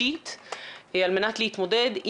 אני חושבת שחשוב לתת על זה את הדעת,